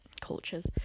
cultures